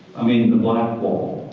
i mean the black wall.